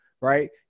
right